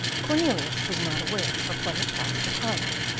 cornelius was not aware of what had passed at haarlem,